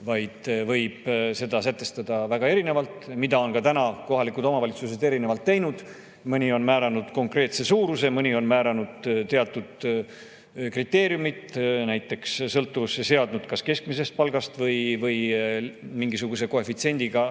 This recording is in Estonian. Seda võib sätestada väga erinevalt ja seda on ka täna kohalikud omavalitsused erinevalt teinud. Mõni on määranud konkreetse suuruse, mõni on määranud teatud kriteeriumid, näiteks sõltuvusse seadnud kas keskmisest palgast, või [määranud] mingisuguse koefitsiendiga